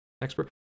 expert